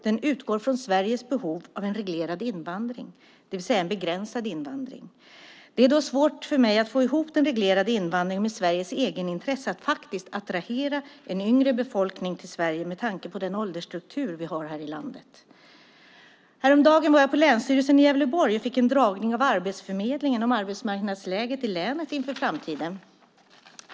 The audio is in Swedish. Den utgår från Sveriges behov av en reglerad invandring, det vill säga en begränsad invandring. Det är svårt för mig att få ihop den reglerade invandringen med Sveriges egenintresse av att attrahera en yngre befolkning till Sverige med tanke på den åldersstruktur vi har här i landet. Häromdagen var jag på Länsstyrelsen i Gävleborg och fick en dragning av Arbetsförmedlingen om arbetsmarknadsläget i länet inför framtiden.